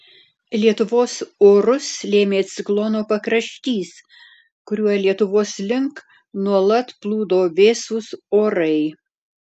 lietuvos orus lėmė ciklono pakraštys kuriuo lietuvos link nuolat plūdo vėsūs orai